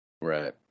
Right